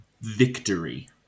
Victory